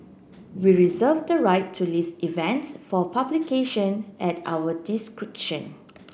we reserve the right to list events for publication at our